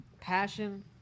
passion